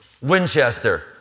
Winchester